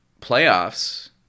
playoffs